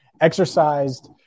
exercised